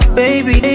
baby